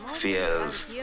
fears